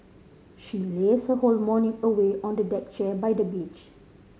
she laze her whole morning away on the deck chair by the beach